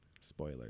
Spoiler